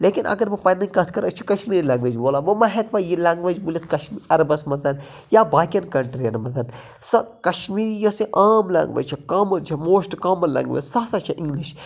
لیکِن اَگر بہٕ پَنٕنۍ کَتھ کَرٕ أسۍ چھِ کٔشمیری لینگویٚج بولان وۄنۍ ما ہیکہٕ بہٕ یہِ لینگویٚج بوٗلِتھ کَش عربَس مَنٛز یا باقٮ۪ن کَنٹرِیَن مَنٛز سۄ کَشمیٖری یۄس یہِ آم لینگویٚج چھِ کامَن چھِ موسٹ کامَن لینگویج سۄ ہَسا چھِ اِنگلِش